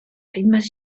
ritmes